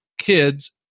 kids